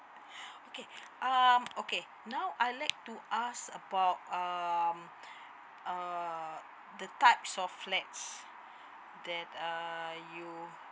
okay um okay now I'd like to ask about um err the types of flat uh that you